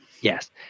Yes